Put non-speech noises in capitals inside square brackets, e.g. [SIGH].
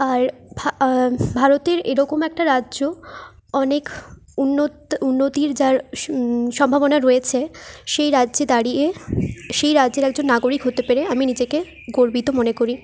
আর [UNINTELLIGIBLE] ভারতের এরকম একটা রাজ্য অনেক [UNINTELLIGIBLE] উন্নতির যার সম্ভাবনা রয়েছে সেই রাজ্যে দাঁড়িয়ে সেই রাজ্যের একজন নাগরিক হতে পেরে আমি নিজেকে গর্বিত মনে করি